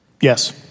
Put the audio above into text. Yes